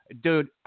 Dude